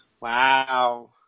Wow